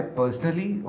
personally